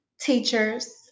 teachers